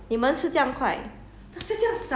我知道我有买